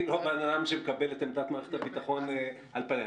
אני לא הבן אדם שמקבל את עמדת מערכת הביטחון על פניה.